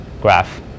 graph